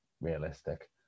realistic